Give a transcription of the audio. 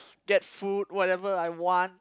get food whatever I want